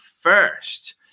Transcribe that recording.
first